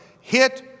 hit